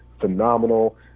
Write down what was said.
phenomenal